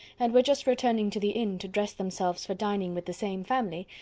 and were just returning to the inn to dress themselves for dining with the same family,